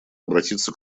обратиться